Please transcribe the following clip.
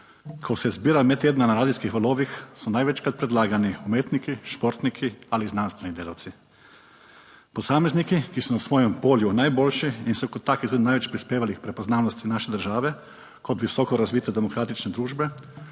Ko se zbira med tedna na radijskih valovih, so največkrat predlagani umetniki, športniki ali znanstveni delavci, posamezniki, ki so na svojem polju najboljši in so kot taki tudi največ prispevali k prepoznavnosti naše države kot visoko razvite demokratične družbe,